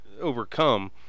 overcome